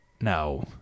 no